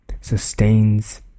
sustains